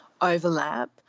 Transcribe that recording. overlap